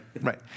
right